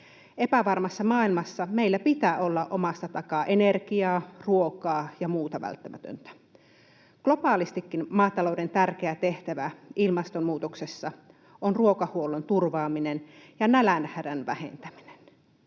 Epävarmassa maailmassa meillä pitää olla omasta takaa energiaa, ruokaa ja muuta välttämätöntä. Globaalistikin maatalouden tärkeä tehtävä ilmastonmuutoksessa on ruokahuollon turvaaminen ja nälänhädän vähentäminen.